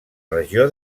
regió